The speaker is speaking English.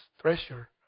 treasure